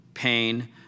pain